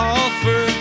offer